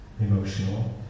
emotional